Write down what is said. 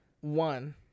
One